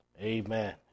Amen